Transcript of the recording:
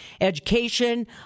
education